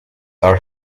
are